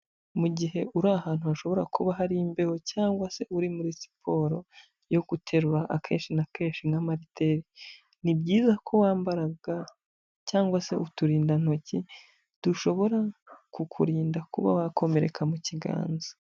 Mu gihe uri ahantu hashobora kuba hari imbeho cyangwa se uri muri siporo yo guterura akenshi na kenshi nk'amariteri, ni byiza ko wambara ga cyangwa se uturindantoki dushobora kukurinda kuba wakomereka mu kiganza.